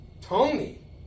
Tony